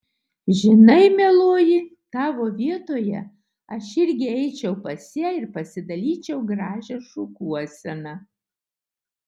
žinai mieloji tavo vietoje aš irgi eičiau pas ją ir pasidalyčiau gražią šukuoseną